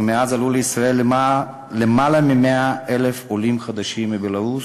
ומאז עלו לישראל למעלה מ-100,000 עולים חדשים מבלרוס,